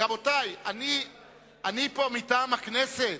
רבותי, אני פה מטעם הכנסת.